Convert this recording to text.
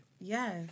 Yes